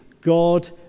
God